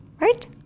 right